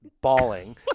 bawling